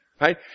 right